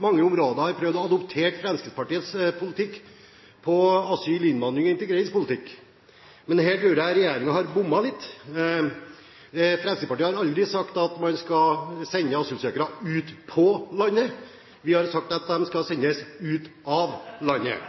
mange områder har prøvd å adoptere Fremskrittspartiets politikk når det gjelder asyl-, innvandrings- og integreringspolitikk, men her tror jeg regjeringen har bommet litt. Fremskrittspartiet har aldri sagt at man skal sende asylsøkere ut på landet, vi har sagt at de skal sendes ut av landet.